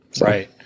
Right